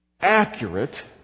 accurate